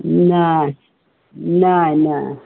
नहि नहि नहि